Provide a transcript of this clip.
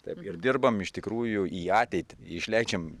taip ir dirbam iš tikrųjų į ateitį išleidžiam